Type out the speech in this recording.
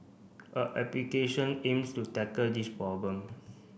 a application aims to tackle this problem